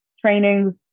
trainings